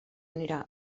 anirà